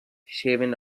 shaving